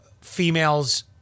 females